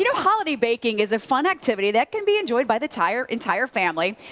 you know holiday baking is a fun activity that can be enjoyed by the entire entire family.